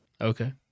Okay